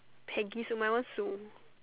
Paige so my one so